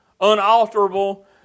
unalterable